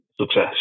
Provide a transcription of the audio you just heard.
success